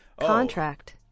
Contract